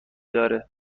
داره